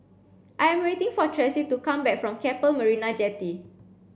I am waiting for Tressie to come back from Keppel Marina Jetty